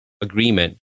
agreement